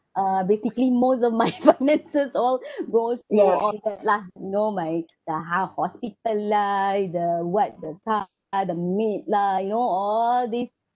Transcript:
uh basically most of my finances all goes that lah you know my the ha~ hospital lah the what the car the maid lah you know all these